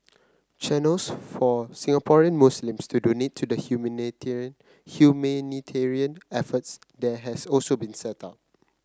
channels for Singaporean Muslims to donate to the humanitarian efforts there has also been set up